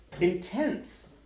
intense